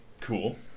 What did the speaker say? Cool